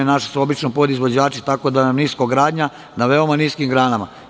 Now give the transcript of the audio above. Naši su obično podizvođači, tako da nam je niskogradnja na veoma niskim granama.